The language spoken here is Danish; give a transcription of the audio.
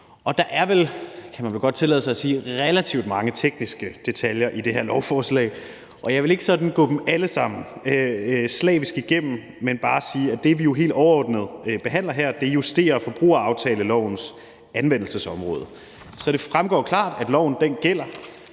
Der er vel, kan man vel godt tillade sig at sige, relativt mange tekniske detaljer i det her lovforslag, og jeg vil ikke sådan gå dem alle sammen slavisk igennem, men bare sige, at det, vi jo helt overordnet behandler her, er at justere forbrugeraftalelovens anvendelsesområder, så det fremgår klart, at loven gælder,